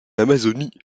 amazonie